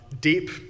Deep